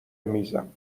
میزم